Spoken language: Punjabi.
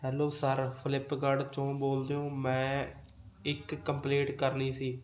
ਹੈਲੋ ਸਰ ਫਲਿੱਪਕਾਡ 'ਚੋਂ ਬੋਲਦੇ ਹੋ ਮੈਂ ਇੱਕ ਕੰਪਲੇਟ ਕਰਨੀ ਸੀ